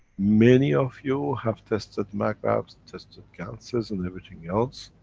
many of you have tested magravs, tested ganses and everything else,